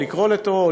או לקרוא לטרור,